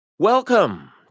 Welcome